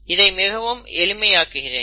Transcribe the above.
இதை மிகவும் எளிமையாக்குகிறேன்